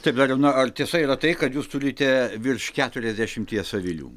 taip dariau na ar tiesa yra tai kad jūs turite virš keturiasdešimties avilių